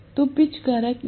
तो पिच कारक या